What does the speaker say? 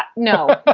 but no, but